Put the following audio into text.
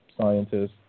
scientists